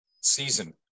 season